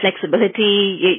flexibility